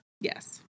Yes